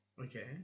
Okay